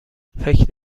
فکر